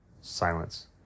silence